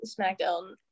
smackdown